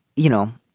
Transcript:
you know